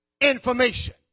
information